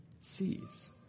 sees